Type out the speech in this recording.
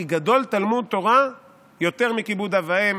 כי גדול לימוד תורה יותר מכיבוד אב ואם,